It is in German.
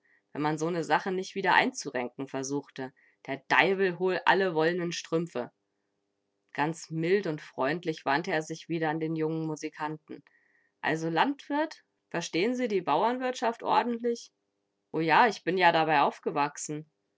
wenn man so ne sache nich wieder einzurenken versuchte der deiwel hol alle woll'nen strümpfe ganz mild und freundlich wandte er sich wieder an den jungen musikanten also landwirt verstehen sie die bauernwirtschaft ordentlich o ja ich bin ja dabei aufgewachsen